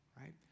right